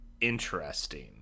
interesting